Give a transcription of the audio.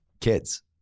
Kids